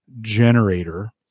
generator